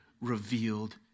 revealed